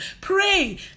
Pray